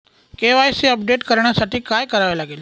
KYC update करण्यासाठी काय करावे लागेल?